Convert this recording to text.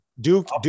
Duke